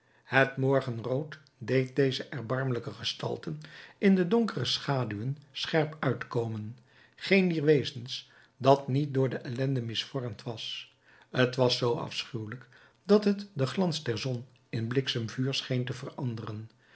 het morgenrood deed deze erbarmelijke gestalten in de donkere schaduwen scherp uitkomen geen dier wezens dat niet door de ellende misvormd was t was zoo afschuwelijk dat het den glans der zon in bliksemvuur scheen te veranderen